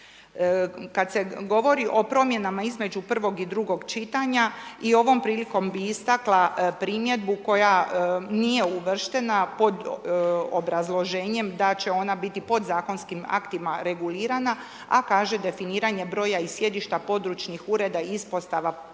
Kad se govori o promjenama između prvog i drugog čitanja, i ovom prilikom bi istakla primjedbu koja nije uvrštena, pod obrazloženjem da će ona biti pod zakonskim aktima regulirana, a kaže definiranje broja i sjedišta područnih ureda i ispostava područnih